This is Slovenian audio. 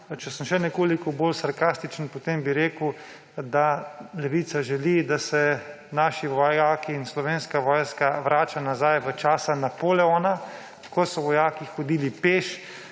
Če sem še nekoliko bolj sarkastičen, bi rekel, da Levica želi, da se naši vojaki in Slovenska vojska vrnejo nazaj v čas Napoleona, ko so vojaki hodili peš,